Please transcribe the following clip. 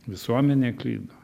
visuomenė klydo